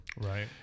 Right